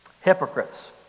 Hypocrites